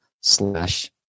slash